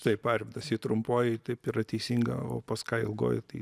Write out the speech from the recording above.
taip arvidas i trumpoji taip yra teisinga o pas ką ilgoji tai